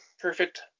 perfect